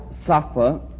suffer